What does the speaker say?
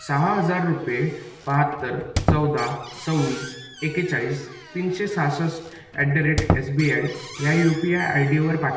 सहा हजार रुपये बाहत्तर चौदा सव्वीस एक्केचाळीस तीनशे सहासष्ट at the rate S B I या यू पी आय आय डीवर पाठवा